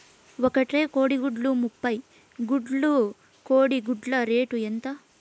ఒక ట్రే కోడిగుడ్లు ముప్పై గుడ్లు కోడి గుడ్ల రేటు ఎంత?